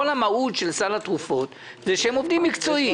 כל המהות של סל התרופות זה שהם עובדים מקצועי.